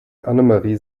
annemarie